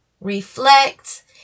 reflect